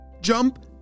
Jump